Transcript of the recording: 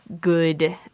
good